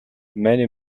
many